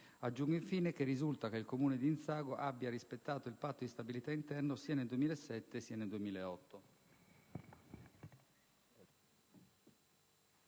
Aggiungo, infine, che risulta che il Comune di Inzago abbia rispettato il Patto di stabilità interno sia nel 2007 che nel 2008.